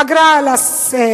אגרה על הסמארטפונים,